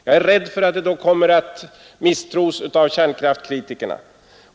Jag är rädd för att det då kommer att misstros av kärnkraftens kritiker.